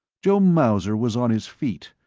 joe mauser was on his feet,